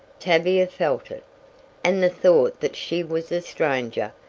tavia felt it and the thought that she was a stranger,